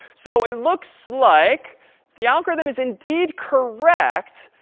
so it looks like the algorithm is indeed correct,